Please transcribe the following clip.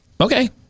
Okay